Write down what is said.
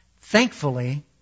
Thankfully